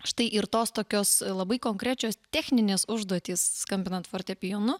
štai ir tos tokios labai konkrečios techninės užduotys skambinant fortepijonu